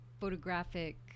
photographic